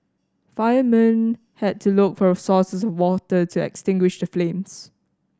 firemen had to look for sources of water to extinguish the flames